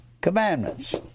commandments